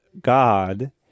God